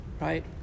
right